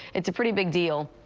it's a pretty big deal.